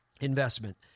investment